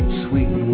sweet